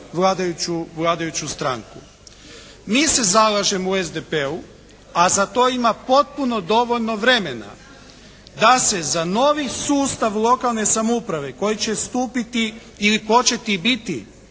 vladajuću stranku. Mi se zalažemo u SDP-u a za to ima potpuno dovoljno vremena da se za novi sustav lokalne samouprave koji će stupiti ili početi biti